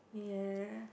ya